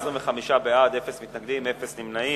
25 בעד, אין מתנגדים, אין נמנעים.